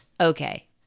Okay